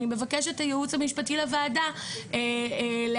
אני מבקשת מהייעוץ המשפטי לוועדה להציג